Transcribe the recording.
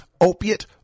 opiate